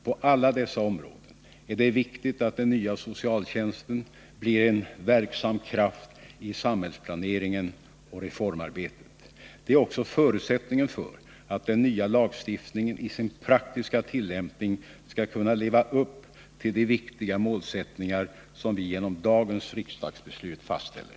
På alla dessa områden är det viktigt att den nya socialtjänsten blir en verksam kraft i samhällsplaneringen och reformarbetet. Det är också förutsättningen för att den nya lagen i sin praktiska tillämpning skall kunna leva upp till de viktiga målsättningar som vi genom dagens riksdagsbeslut fastställer.